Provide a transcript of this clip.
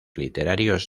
literarios